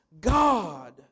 God